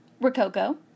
Rococo